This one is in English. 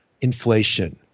inflation